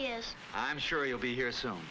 is i'm sure you'll be here soon